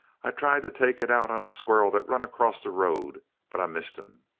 i tried to take it out on a squirrel that run across the road but i missed him.